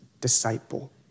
disciple